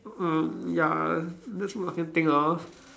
mm ya that's what I can think of